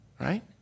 Right